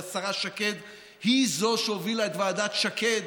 והשרה שקד היא שהובילה את ועדת שקד,